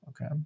Okay